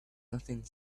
nothing